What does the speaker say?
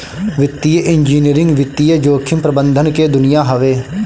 वित्तीय इंजीनियरिंग वित्तीय जोखिम प्रबंधन के दुनिया हवे